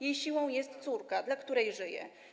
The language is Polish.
Jej siłą jest córka, dla której żyje.